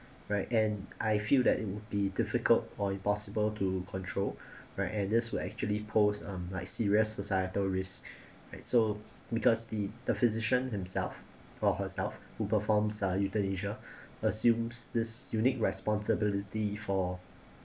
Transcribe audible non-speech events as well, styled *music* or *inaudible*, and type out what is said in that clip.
right and I feel that it would be difficult or impossible to control *breath* right and this will actually post um like serious societal risks *breath* right so because the the physician himself or herself who performs ah euthanasia *breath* assumes this unique responsibility for